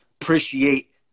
Appreciate